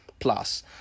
plus